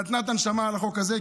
נתנה את הנשמה על החוק הזה,